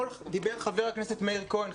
אתמול דיבר חבר הכנסת מאיר כהן,